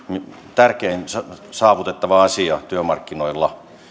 tärkein saavutettava asia työmarkkinoilla